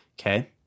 Okay